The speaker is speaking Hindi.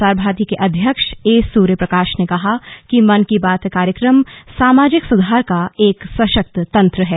प्रसार भारती के अध्यक्ष ए सूर्य प्रकाश ने कहा कि मन की बात कार्यक्रम सामाजिक सुधार का एक सशक्त तंत्र है